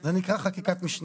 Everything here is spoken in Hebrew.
זה נקרא חקיקת משנה.